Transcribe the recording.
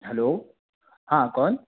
hello हाँ कौन